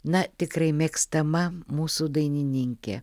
na tikrai mėgstama mūsų dainininkė